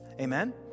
Amen